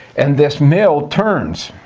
and this mill turns,